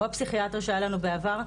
או פסיכיאטר שהיה לנו בעבר,